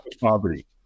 poverty